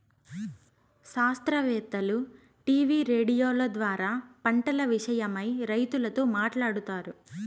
శాస్త్రవేత్తలు టీవీ రేడియోల ద్వారా పంటల విషయమై రైతులతో మాట్లాడుతారు